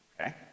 okay